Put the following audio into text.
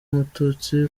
umututsi